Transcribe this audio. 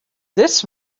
this